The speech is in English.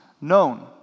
known